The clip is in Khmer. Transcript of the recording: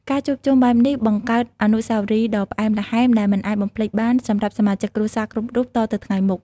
ការជួបជុំបែបនេះបង្កើតអនុស្សាវរីយ៍ដ៏ផ្អែមល្ហែមដែលមិនអាចបំភ្លេចបានសម្រាប់សមាជិកគ្រួសារគ្រប់រូបតទៅថ្ងៃមុខ។